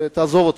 ותעזוב אותנו,